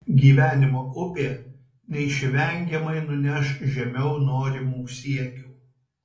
gyvenimo upė neišvengiamai nuneš žemiau norimų siekių